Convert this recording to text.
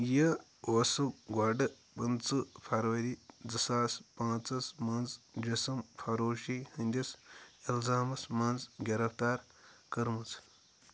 یہِ اوسُکھ گۄڈٕ پٕنٛژٕہ فروری زٕ ساس پانٛژس منٛز جِسم فروشی ہٕنٛدِس اِلزامَس منٛز گرفتار کٔرمٕژ